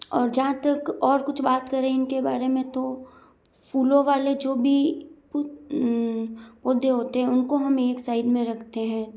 और जहाँ तक और कुछ बात करें इनके बारे में तो फूलों वाले जो भी पूध पौधे होते हैं उनको हम एक साइड में रखते हैं